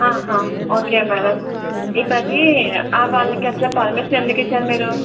okay madam ఇప్పుడది వాళ్ళకి అసలు పర్మిషన్ ఎందుకు ఇచ్చారు మీరు